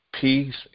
Peace